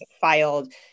filed